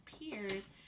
peers